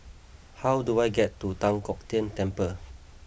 how do I get to Tan Kong Tian Temple